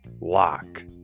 Lock